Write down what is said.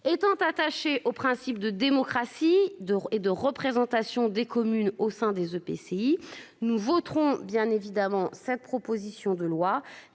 étant attaché au principe de démocratie d'et de représentation des communes au sein des EPCI nous voterons bien évidemment sa proposition de loi,